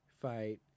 fight